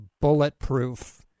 bulletproof